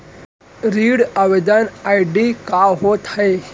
ऋण आवेदन आई.डी का होत हे?